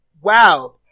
wow